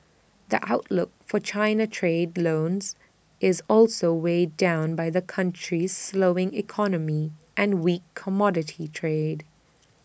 the outlook for China trade loans is also weighed down by the country's slowing economy and weak commodity trade